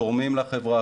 תורמים לחברה,